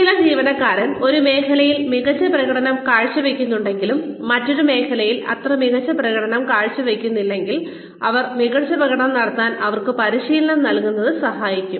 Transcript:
ചില ജീവനക്കാർ ഒരു മേഖലയിൽ മികച്ച പ്രകടനം കാഴ്ചവയ്ക്കുന്നുണ്ടെങ്കിലും മറ്റൊരു മേഖലയിൽ അത്ര മികച്ച പ്രകടനം കാഴ്ചവെക്കുന്നില്ലെങ്കിൽ അവർ മികച്ച പ്രകടനം നടത്താൻ അവർക്ക് പരിശീലനം നൽകുന്നത് സഹായിക്കും